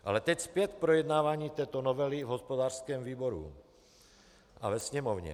Ale teď zpět k projednávání této novely v hospodářském výboru a ve Sněmovně.